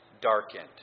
darkened